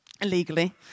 illegally